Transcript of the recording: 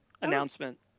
announcement